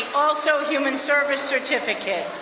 also human service certificate.